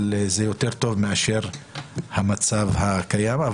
זה יותר טוב מאשר המצב הקיים.